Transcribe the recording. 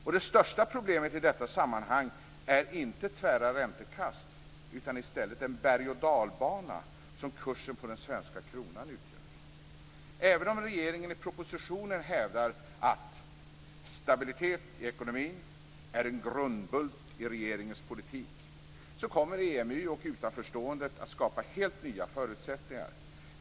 Och det största problemet i detta sammanhang är inte tvära räntekast utan i stället den berg och dalbana som kursen på den svenska kronan befinner sig i. Även om regeringen i propositionen hävdar att stabilitet i ekonomin är en grundbult i regeringens politik kommer EMU och utanförskapet att skapa helt nya förutsättningar.